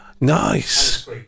nice